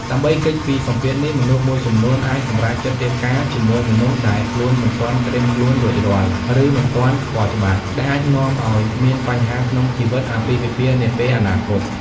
ដើម្បីគេចពីសម្ពាធនេះ មនុស្សមួយចំនួនអាចសម្រេចចិត្តរៀបការជាមួយមនុស្សដែលខ្លួនមិនទាន់ត្រៀមខ្លួនរួចរាល់ ឬមិនទាន់ស្គាល់ច្បាស់ ដែលអាចនាំឲ្យមានបញ្ហាក្នុងជីវិតអាពាហ៍ពិពាហ៍នាពេលអនាគត ។